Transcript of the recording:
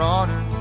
Honor